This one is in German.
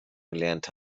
gelernt